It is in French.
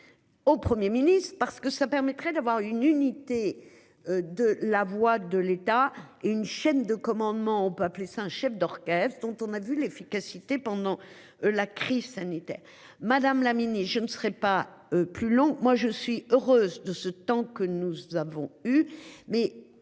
Au Premier Ministre parce que ça permettrait d'avoir une unité. De la voix de l'État. Une chaîne de commandement, on peut appeler ça un chef d'orchestre dont on a vu l'efficacité pendant. La crise sanitaire. Madame, je ne serai pas plus long, moi je suis heureuse de ce temps que nous avons eu.